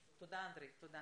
תודה, אנדרי, תודה.